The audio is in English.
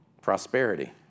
Prosperity